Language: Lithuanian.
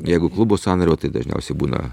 jeigu klubo sąnario tai dažniausiai būna